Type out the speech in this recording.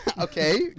okay